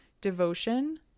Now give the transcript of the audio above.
Devotion